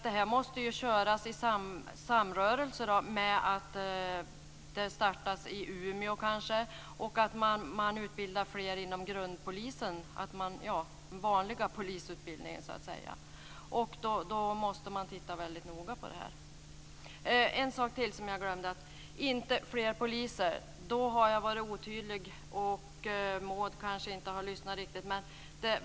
Detta måste ju köras i samrörelse med att något kanske startas i Umeå, och att man utbildar fler inom den vanliga polisutbildningen. Man måste därför titta väldigt noga på det här. Jag har en sak till, som jag glömde att ta upp. Jag kanske var otydlig när jag sade "inte fler poliser", och Maud kanske inte lyssnade riktigt.